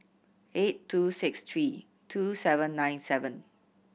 eight two six three two seven nine seven